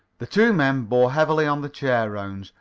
the two men bore heavily on the chair-rounds,